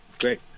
great